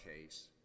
case